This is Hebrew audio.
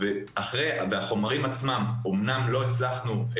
אמנם הפרקליטות,